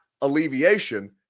alleviation